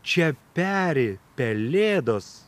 čia peri pelėdos